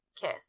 Kiss